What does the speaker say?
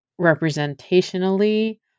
representationally